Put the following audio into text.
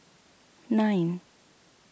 nine